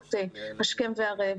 שנפגעות השכם והערב,